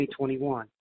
2021